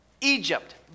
Egypt